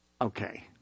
okay